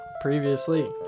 previously